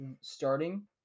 starting